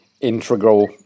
integral